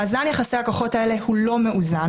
מאזן יחסי הכוחות האלה הוא לא מאוזן